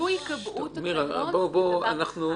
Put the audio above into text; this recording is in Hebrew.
לו ייקבעו תקנות זה דבר אחד.